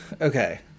Okay